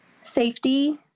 safety